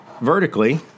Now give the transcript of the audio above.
vertically